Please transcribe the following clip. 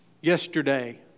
yesterday